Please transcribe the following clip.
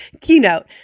keynote